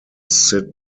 sit